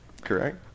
correct